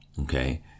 Okay